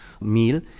meal